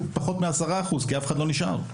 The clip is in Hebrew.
פחות מ- 10% כי אף אחד לא נשאר.